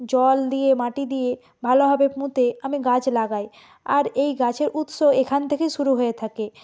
জল দিয়ে মাটি দিয়ে ভালোভাবে পুঁতে আমি গাছ লাগাই আর এই গাছের উৎস এখান থেকেই শুরু হয়ে থাকে